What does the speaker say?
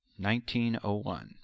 1901